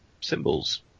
symbols